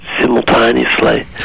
simultaneously